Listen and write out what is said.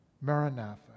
Maranatha